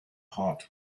heart